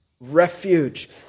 refuge